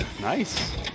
Nice